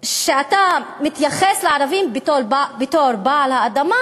שאתה מתייחס לערבים בתור בעל האדמה,